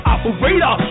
Operator